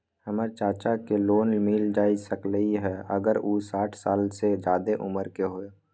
हमर चाचा के लोन मिल जा सकलई ह अगर उ साठ साल से जादे उमर के हों?